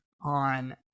on